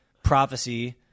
Prophecy